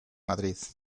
madrid